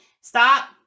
Stop